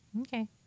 Okay